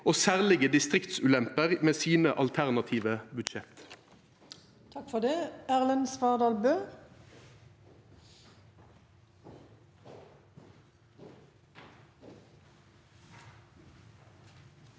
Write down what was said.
og særlege distriktsulemper med sine alternative budsjett.